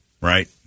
right